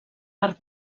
per